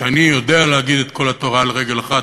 שאני יודע להגיד את כל התורה על רגל אחת,